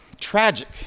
tragic